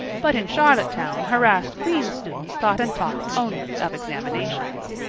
but in charlottetown harassed queen's students thought and talked only of examinations.